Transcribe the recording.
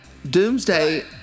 Doomsday